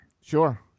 Sure